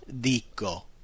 dico